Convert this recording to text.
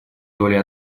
доля